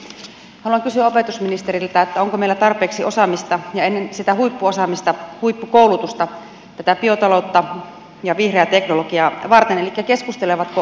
haluan kysyä opetusministeriltä onko meillä tarpeeksi osaamista ja sitä huippuosaamista huippukoulutusta tätä biotaloutta ja vihreää teknologiaa varten elikkä keskustelevatko sektorit tarpeeksi keskenään